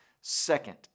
Second